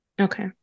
Okay